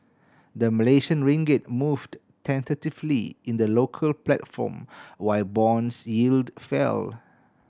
the Malaysian ringgit moved tentatively in the local platform while bonds yield fell